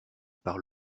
par